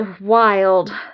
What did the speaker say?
Wild